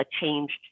changed